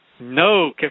No